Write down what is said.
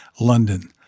London